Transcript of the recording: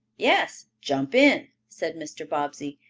yes, jump in, said mr. bobbsey,